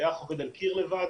טייח עובד על קיר לבד,